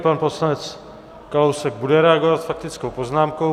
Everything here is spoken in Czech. Pan poslanec Kalousek bude reagovat faktickou poznámkou.